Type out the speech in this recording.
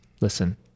Listen